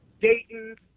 Dayton